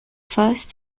first